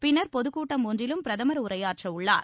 பின்னர் பொது கூட்டம் ஒன்றிலும் பிரதமர் உரையாற்றவுள்ளார்